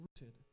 Rooted